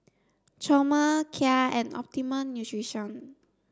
Chomel Kia and Optimum Nutrition